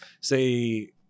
say